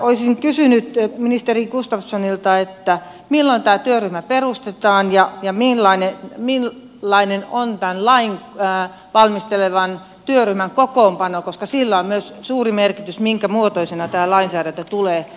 olisin kysynyt ministeri gustafssonilta milloin tämä työryhmä perustetaan ja millainen on tämän lain valmistelevan työryhmän kokoonpano koska sillä on myös suuri merkitys minkä muotoisena tämä lainsäädäntö tulee jatkossa